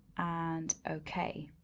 and ok.